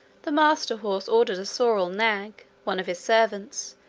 the master horse ordered a sorrel nag, one of his servants,